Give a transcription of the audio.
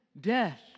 death